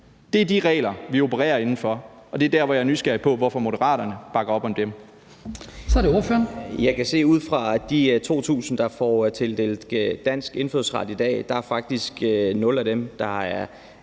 Det er de regler, vi opererer inden for, og det der, hvor jeg er nysgerrig på, hvorfor Moderaterne bakker op om dem.